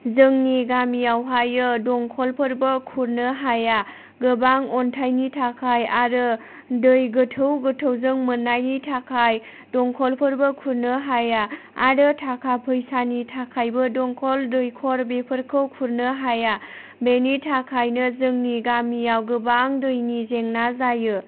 जोंनि गामियावहायो दंखलफोरबो खुरनो हाया गोबां अन्थाइनि थाखाय आरो दै गोथौ गोथौजों मोननायनि थाखाय दंखलफोरबो खुरनो हाया आरो थाखा फैसानि थाखायबो दंखल दैखर बेफोरखौ खुरनो हाया बेनि थाखायनो जोंनि गामियाव गोबां दैनि जेंना जायो